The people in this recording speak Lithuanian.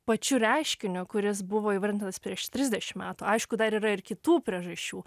pačiu reiškiniu kuris buvo įvardintas prieš trisdešim metų aišku dar yra ir kitų priežasčių